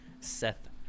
Seth